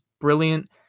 brilliant